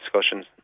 discussions